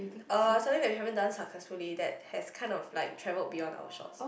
uh something that we haven't done successfully that has kind of like traveled beyond our shots